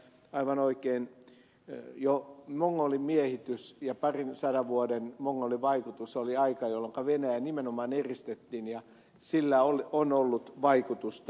aivan oikein jo mongolimiehitys ja parinsadan vuoden mongolivaikutus oli aika jolloinka venäjä nimenomaan eristettiin ja sillä on ollut vaikutusta